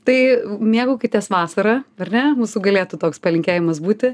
tai mėgaukitės vasara ar ne mūsų galėtų toks palinkėjimas būti